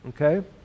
Okay